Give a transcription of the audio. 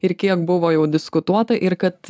ir kiek buvo jau diskutuota ir kad